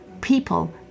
people